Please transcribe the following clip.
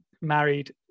married